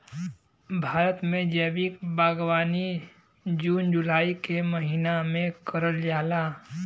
भारत में जैविक बागवानी जून जुलाई के महिना में करल जाला